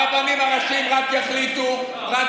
הרבנים הראשיים רק יחליטו, טוב.